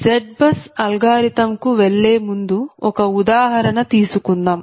ZBUS algorithm కు వెళ్లే ముందు ఒక ఉదాహరణ తీసుకుందాం